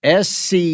SC